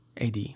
AD